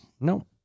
No